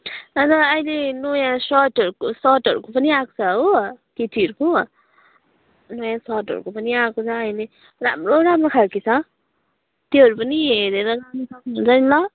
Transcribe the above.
तर अहिले नयाँ सर्टहरूको पनि सर्टहरूको पनि आएको छ हो केटीहरूको नयाँ सर्टहरूको पनि आएको छ अहिले राम्रो राम्रो खालके छ त्योहरू पनि हेरेर लान सक्नुहुन्छ नि ल